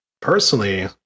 personally